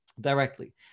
Directly